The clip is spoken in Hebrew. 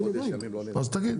אז תגיד.